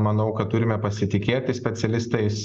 manau kad turime pasitikėti specialistais